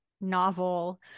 novel